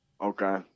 Okay